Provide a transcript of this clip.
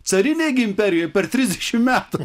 carinėj gi imperijoj per trisdešimt metų